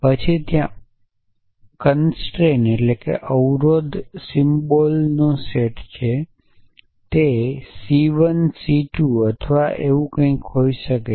પછી ત્યાં અવરોધ સિમ્બોલનો સેટ છે તે સી 1 સી 2 અથવા કંઈક હોઈ શકે છે